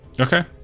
okay